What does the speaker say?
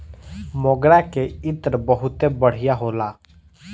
मोगरा के इत्र बहुते बढ़िया होला